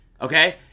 Okay